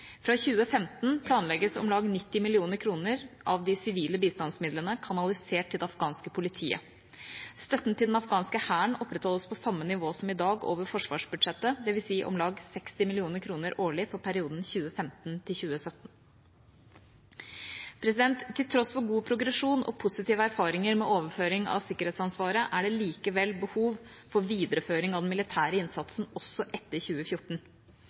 Fra 2015 planlegges om lag 90 mill. kr av de sivile bistandsmidlene kanalisert til det afghanske politiet. Støtten til den afghanske hæren opprettholdes på samme nivå som i dag, over forsvarsbudsjettet, dvs. om lag 60 mill. kr årlig for perioden 2015–2017. Til tross for god progresjon og positive erfaringer med overføring av sikkerhetsansvaret, er det likevel behov for videreføring av den militære innsatsen også etter 2014.